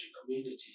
community